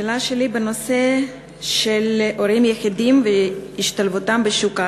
השאלה שלי היא בנושא הורים יחידים והשתלבותם בשוק העבודה.